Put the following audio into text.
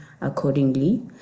accordingly